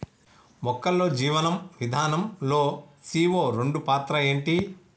మొక్కల్లో జీవనం విధానం లో సీ.ఓ రెండు పాత్ర ఏంటి?